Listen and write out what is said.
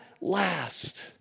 last